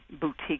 boutique